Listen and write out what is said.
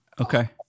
Okay